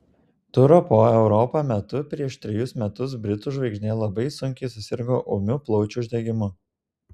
turo po europą metu prieš trejus metus britų žvaigždė labai sunkiai susirgo ūmiu plaučių uždegimu